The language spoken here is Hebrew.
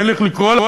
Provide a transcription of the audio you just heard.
אין לי איך לקרוא לה,